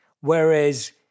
Whereas